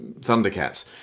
Thundercats